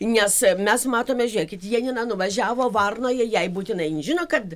nes mes matome žiūrėkit janina nuvažiavo varnoje jai būtinai jin žino kad